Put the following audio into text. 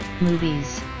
Movies